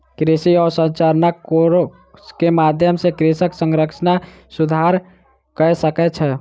कृषि अवसंरचना कोष के माध्यम सॅ कृषक अवसंरचना सुधार कय सकै छै